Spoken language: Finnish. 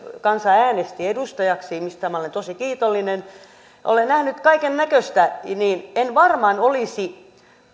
kansa äänesti edustajaksi mistä minä olen tosi kiitollinen ja olen nähnyt kaikennäköistä niin niin että en varmaan olisi